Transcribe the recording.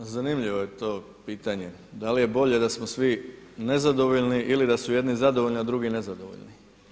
Pa zanimljivo je to pitanje da li je bolje da smo svi nezadovoljni ili da su jedni zadovoljni a drugi nezadovoljni.